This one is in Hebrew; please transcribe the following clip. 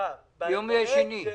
ביום שני.